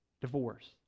divorce